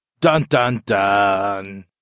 Dun-dun-dun